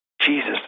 Jesus